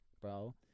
bro